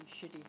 shitty